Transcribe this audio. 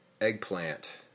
Eggplant